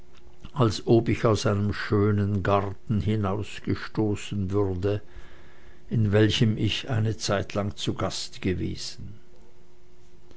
als ob ich aus einem schönen garten hinaus gestoßen würde in welchem ich eine zeitlang zu gast gewesen